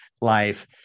life